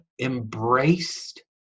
embraced